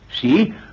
See